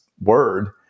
word